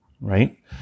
right